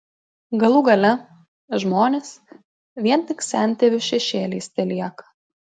galų gale žmonės vien tik sentėvių šešėliais telieka